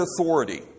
authority